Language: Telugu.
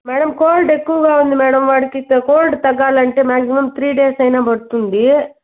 మేడం కోల్డ్ ఎక్కువగా ఉంది మేడం వాడికి త కోల్డ్ తగ్గాలంటే మాక్సిమమ్ త్రీ డేస్ అయినా పడుతుంది